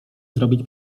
zrobić